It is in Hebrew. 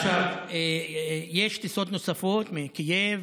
יש עוד טיסות, יש טיסות נוספות מקייב,